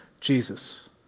Jesus